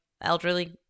elderly